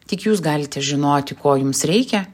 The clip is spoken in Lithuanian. tik jūs galite žinoti ko jums reikia